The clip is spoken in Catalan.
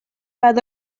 per